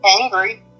angry